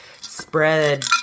spread